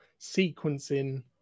sequencing